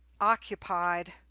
occupied